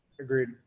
Agreed